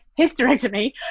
hysterectomy